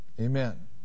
Amen